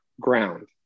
ground